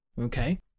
okay